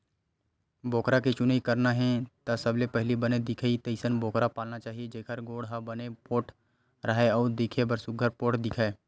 बोकरा के चुनई करना हे त सबले पहिली बने दिखय तइसन बोकरा पालना चाही जेखर गोड़ ह बने पोठ राहय अउ दिखे म सुग्घर पोठ दिखय